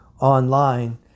online